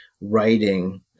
writing